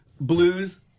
Blue's